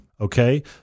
Okay